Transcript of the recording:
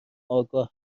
آگاه